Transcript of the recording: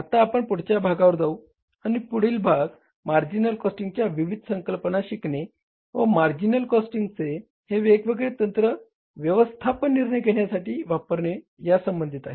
आता आपण पुढच्या भागावर जाऊ आणि पुढील भाग मार्जिनल कॉस्टिंगच्या विविध संकल्पना शिकणे व मार्जिनल कॉस्टिंगचे हे वेगवेगळे तंत्र व्यवस्थापन निर्णय घेण्यासाठी वापरणे यासंबंधी आहे